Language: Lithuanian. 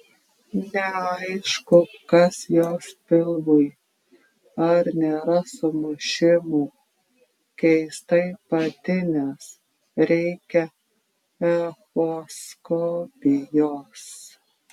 neaišku kas jos pilvui ar nėra sumušimų keistai patinęs reikia echoskopijos